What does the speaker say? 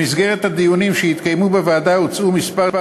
במסגרת הדיונים שהתקיימו בוועדה הוצעו כמה